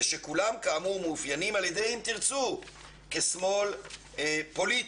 שכולם כאמור מאופיינים על ידי התנועה כשמאל פוליטי.